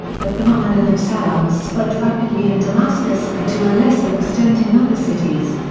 the phenomenon of salons spread rapidly in damascus and to a lesser extent in other cities.